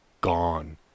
gone